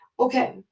Okay